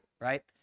right